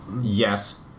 yes